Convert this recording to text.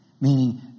Meaning